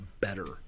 better